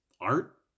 art